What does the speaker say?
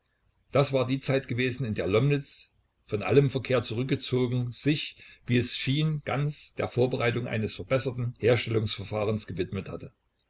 das war die zeit gewesen in der lomnitz von allem verkehr zurückgezogen sich wie es schien ganz der vorbereitung eines verbesserten herstellungsverfahrens gewidmet hatte